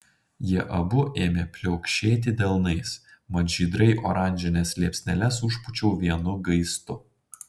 jie abu ėmė pliaukšėti delnais mat žydrai oranžines liepsneles užpūčiau vienu gaistu